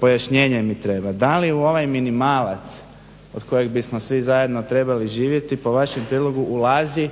Pojašnjenje mi treba, da li u ovaj minimalac od kojeg bismo svi zajedno trebali živjeti po vašem prijedlogu ulazi